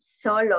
solo